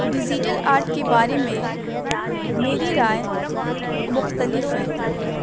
digital art کے بارے میں میری رائے مختلف ہیں